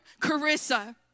Carissa